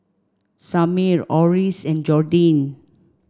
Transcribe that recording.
Samir Oris and Jordyn